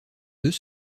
deux